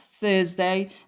thursday